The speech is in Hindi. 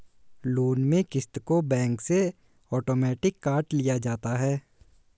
लोन में क़िस्त को बैंक से आटोमेटिक काट लिया जाता है